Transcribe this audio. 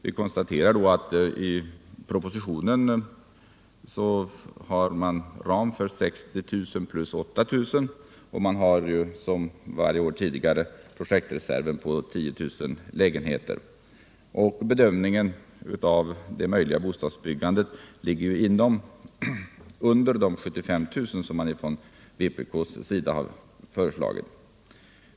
Vi konstaterar att man i propositionen har ram för 60 000 plus 8 000. Man har som varje år tidigare en projektreserv på 10 000 lägenheter. Bedömningen av det möjliga bostadsbyggandet ligger under de 75 000 som vpk har föreslagit.